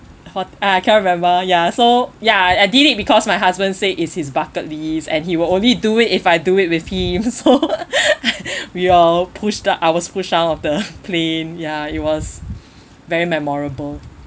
fourt~ uh I can't remember ya so ya I did it because my husband say it's his bucket list and he will only do it if I do it with him so we all pushed out I was pushed down of the plane ya it was very memorable